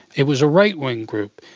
it was a right-wing group.